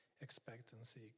expectancy